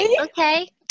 okay